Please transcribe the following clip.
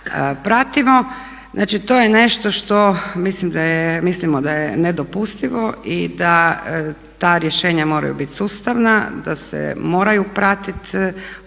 pratimo. Znači to je nešto što mislimo da je nedopustivo i da ta rješenja moraju biti sustavna, da se moraju pratiti